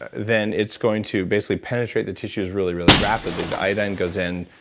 ah then it's going to basically penetrate the tissues really, really rapidly the iodine goes in,